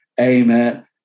Amen